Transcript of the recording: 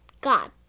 God